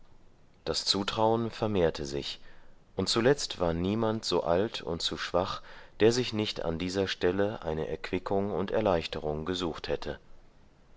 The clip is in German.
das zutrauen vermehrte sich und zuletzt war niemand so alt und so schwach der sich nicht an dieser stelle eine erquickung und erleichterung gesucht hätte